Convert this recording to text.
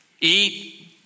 Eat